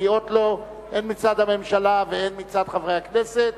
המגיעות לו הן מצד הממשלה והן מצד חברי הכנסת,